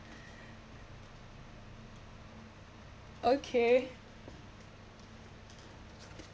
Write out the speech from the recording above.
okay